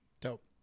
Dope